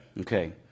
Okay